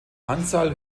anzahl